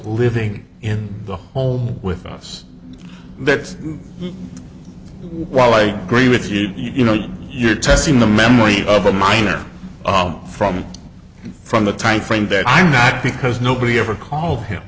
living in the home with us that while i agree with you you know you're testing the memory of a minor from from the time frame that i'm not because nobody ever called him